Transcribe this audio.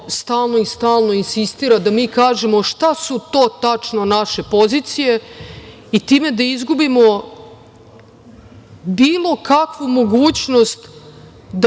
stalno i stalno insistira da mi kažemo šta su tačno naše pozicije i time da izgubimo bilo kakvu mogućnost da